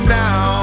now